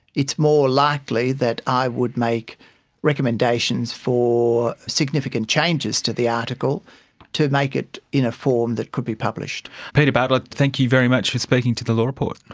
it's more likely that i would make recommendations for significant changes to the article to make it in a form that could be published. peter bartlett, thank you very much for speaking to the law report.